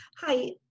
Hi